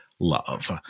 Love